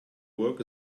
work